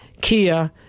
Kia